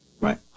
Right